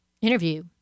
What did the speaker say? interview